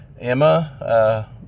Emma